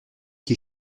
qui